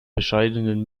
bescheidenen